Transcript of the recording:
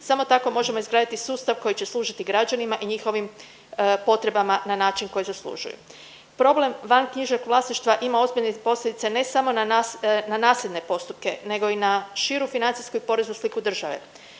Samo tako možemo izgraditi sustav koji će služiti građanima i njihovim potrebama na način koji zaslužuju. Problem vanknjižnog vlasništva ima ozbiljne posljedice ne samo na nasljedne postupke nego i na širu financijsku i poreznu sliku države.